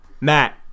Matt